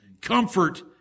comfort